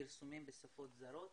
פרסומים בשפות זרות.